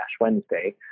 Wednesday